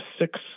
six